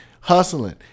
hustling